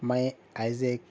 میں ایز اے